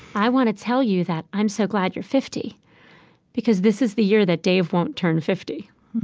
i want to tell you that i'm so glad you're fifty because this is the year that dave won't turn fifty.